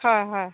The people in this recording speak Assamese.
হয় হয়